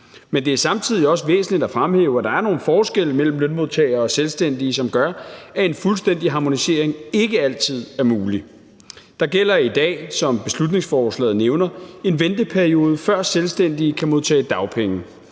Men det er samtidig også væsentligt at fremhæve, at der er nogle forskelle mellem lønmodtagere og selvstændige, som gør, at en fuldstændig harmonisering ikke altid er mulig. Der gælder i dag, som beslutningsforslaget nævner, en venteperiode, før selvstændige kan modtage dagpenge.